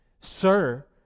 Sir